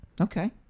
Okay